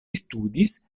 studis